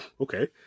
okay